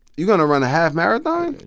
you're going to run a half marathon?